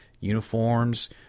uniforms